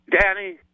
Danny